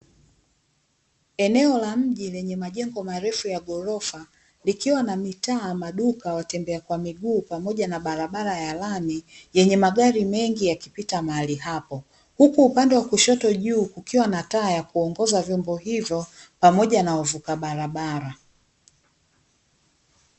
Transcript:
Eneo la mji lenye majengo marefu ya ghorofa likiwa na mitaa, maduka, watembea kwa miguu pamoja na barabara ya lami yenye magari mengi yakipita mahali hapo. Huku upande wa kushoto juu kukiwa na taa ya kuongoza vyombo hivyo pamoja na wavuka barabara.